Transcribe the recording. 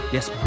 Yes